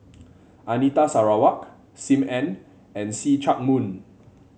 Anita Sarawak Sim Ann and See Chak Mun